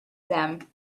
them